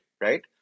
right